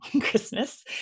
Christmas